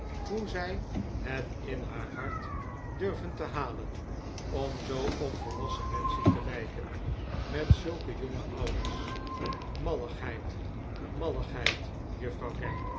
hoe zij het in haar hart durven te halen om zoo op volwassen menschen te lijken met zulke jonge ouders malligheid malligheid juffrouw